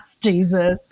Jesus